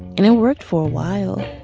and it worked for a while